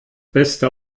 beste